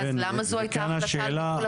אז למה זאת הייתה החלטה על ביטול התמ"א?